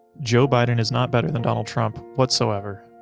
joe biden is not better than donald trump whatsoever.